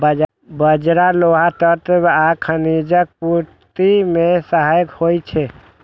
बाजरा लौह तत्व आ खनिजक पूर्ति मे सहायक होइ छै